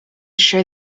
sure